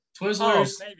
Twizzlers